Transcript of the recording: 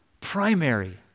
primary